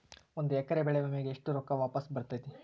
ಒಂದು ಎಕರೆ ಬೆಳೆ ವಿಮೆಗೆ ಎಷ್ಟ ರೊಕ್ಕ ವಾಪಸ್ ಬರತೇತಿ?